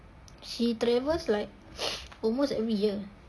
she travels like almost every year